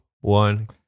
one